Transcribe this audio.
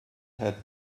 had